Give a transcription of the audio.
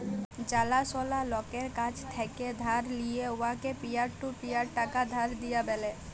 জালাশলা লকের কাছ থ্যাকে ধার লিঁয়ে উয়াকে পিয়ার টু পিয়ার টাকা ধার দিয়া ব্যলে